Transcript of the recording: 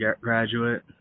graduate